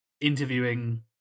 interviewing